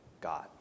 God